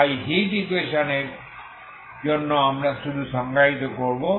তাই heat equation এর জন্য আমরা শুধু সংজ্ঞায়িত করব